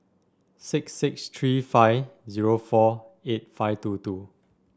six six three five zero four eight five two two